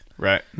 Right